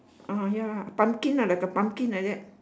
ah ya pumpkin ah like a pumpkin like that